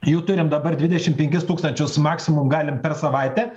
jų turim dabar dvidešim penkis tūkstančius maksimum galim per savaitę